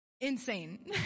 Insane